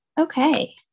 Okay